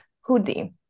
hoodie